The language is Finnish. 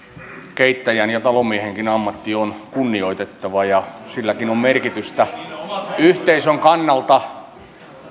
keittäjän ja talonmiehenkin ammatti on kunnioitettava ja silläkin on merkitystä yhteisön kannalta